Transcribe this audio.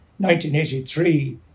1983